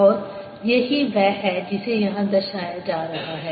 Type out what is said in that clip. और यही वह है जिसे यहां दर्शाया जा रहा है